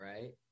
right